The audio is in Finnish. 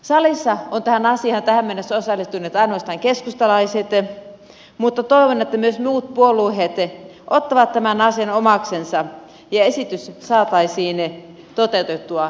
salissa ovat tähän asiaan tähän mennessä osallistuneet ainoastaan keskustalaiset mutta toivon että myös muut puolueet ottavat tämän asian omaksensa ja esitys saataisiin toteutettua ja mielellään pikaisesti